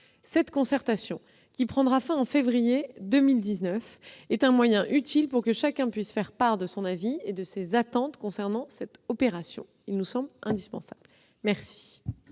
Cette concertation, qui prendra fin en février 2019, est un moyen utile pour que chacun puisse faire part de son avis et de ses attentes concernant cette opération. La parole est à M.